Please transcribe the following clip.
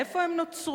מאיפה הם נוצרו?